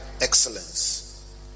excellence